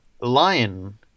lion